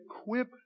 equip